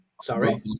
Sorry